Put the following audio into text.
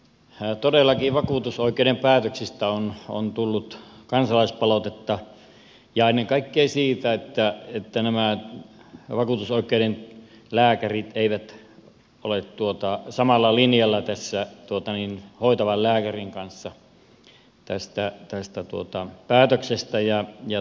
todellakin vakuutusoikeuden päätöksistä on tullut kansalaispalautetta ja ennen kaikkea siitä että nämä vakuutusoikeuden lääkärit eivät ole samalla linjalla hoitavan lääkärin kanssa tästä päätöksestä